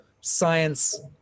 science